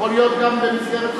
יכול להיות גם במסגרת חקיקה.